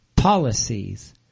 Policies